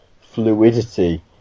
fluidity